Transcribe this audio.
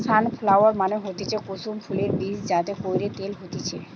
sunflower মানে হতিছে কুসুম ফুলের বীজ যাতে কইরে তেল হতিছে